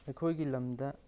ꯑꯩꯈꯣꯏꯒꯤ ꯂꯝꯗ